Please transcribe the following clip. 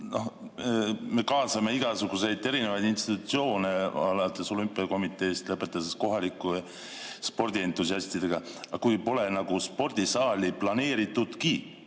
Me kaasame igasuguseid erinevaid institutsioone alates olümpiakomiteest ja lõpetades kohalike spordientusiastidega, aga kui pole spordisaali planeeritudki